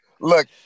Look